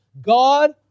God